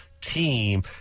team